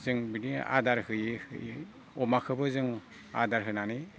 जों बिदि आदार होयै होयै अमाखोबो जों आदार होनानै